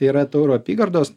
yra tauro apygardos